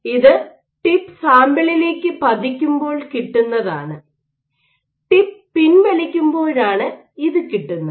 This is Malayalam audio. ഇത് ടിപ്പ് സാമ്പിളിലേക്ക് പതിക്കുമ്പോൾ കിട്ടുന്നതാണ് ടിപ്പ് പിൻവലിക്കുമ്പോഴാണ് ഇത് കിട്ടുന്നത്